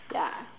ya